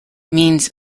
means